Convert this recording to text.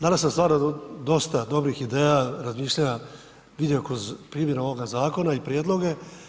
Danas sam stvarno dosta dobrih ideja, razmišljanja vidio kroz primjenu ovoga zakona i prijedloge.